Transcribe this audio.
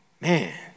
man